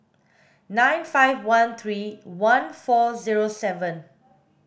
nine five one three one four zero seven